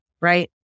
right